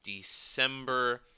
December